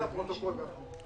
תודה,